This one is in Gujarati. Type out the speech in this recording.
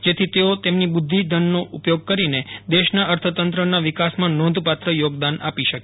જેથી તેઓ તેમની બુઘ્ઘિધનનો ઉપયોગકરીને દેશના અર્થતંત્રના વિકાસમાં નોંધપાત્ર યોગદાન આપી શકે